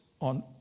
on